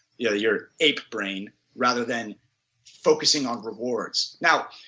your your ape brain rather than focusing on rewards. now,